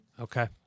Okay